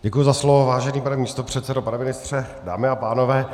Děkuji za slovo, vážený pane místopředsedo, pane ministře, dámy a pánové.